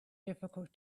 difficult